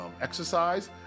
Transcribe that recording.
exercise